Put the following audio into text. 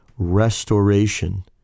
restoration